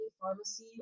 pharmacy